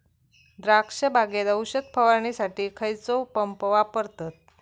द्राक्ष बागेत औषध फवारणीसाठी खैयचो पंप वापरतत?